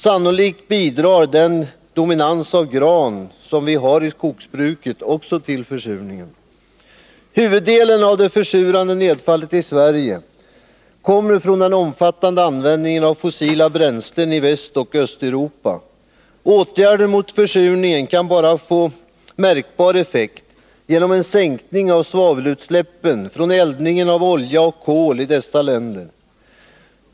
Sannolikt bidrar den dominans av gran som vi har i skogsbruket också till försurningen. Huvuddelen av det försurande nedfallet i Sverige kommer från den omfattande användningen av fossila bränslen i Västoch Östeuropa. Åtgärder mot försurningen kan få märkbar effekt bara genom en sänkning av svavelutsläppen från eldningen av olja och kol i dessa länder.